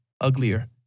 uglier